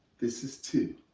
this is two,